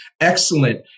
excellent